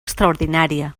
extraordinària